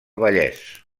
vallès